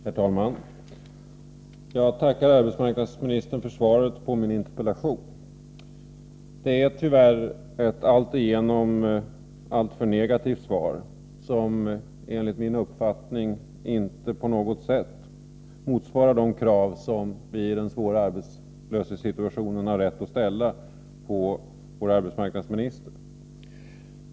Herr talman! Jag tackar arbetsmarknadsministern för svaret på min interpellation. Det är tyvärr ett alltigenom alltför negativt svar, som enligt min uppfattning inte på något sätt motsvarar de krav som vi i den svåra arbetslösketssituationen har rätt att ställa på ett besked från vår arbetsmarknadsminister.